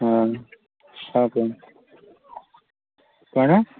ହଁ ହଁ କୁହନ୍ତୁ କ'ଣ